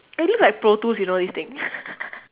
it looks like pro tools you know this thing